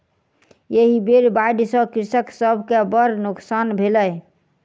एहि बेर बाढ़ि सॅ कृषक सभ के बड़ नोकसान भेलै